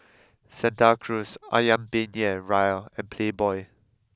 Santa Cruz Ayam Penyet Ria and Playboy